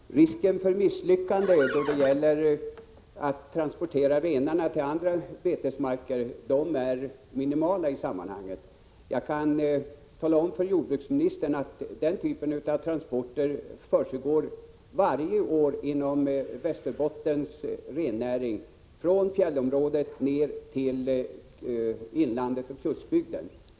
Herr talman! Risken för misslyckande då det gäller att transportera renarna till andra betesmarker är minimal i sammanhanget. Jag kan tala om för jordbruksministern att den typen av transporter försiggår varje år inom Västerbottens rennäring från fjällområdet ner till inlandet och kustbygden.